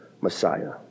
Messiah